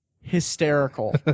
hysterical